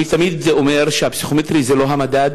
אני תמיד אומר שהפסיכומטרי זה לא המדד